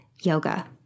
Yoga